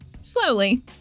Slowly